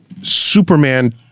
Superman